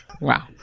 Wow